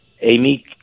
Amy